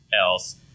else